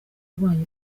irwanya